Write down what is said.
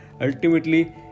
ultimately